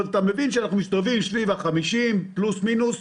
שזה מסתובב סביב ה-50% פלוס-מינוס,